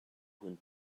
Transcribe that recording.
hun